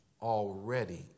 already